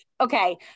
Okay